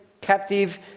captive